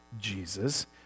Jesus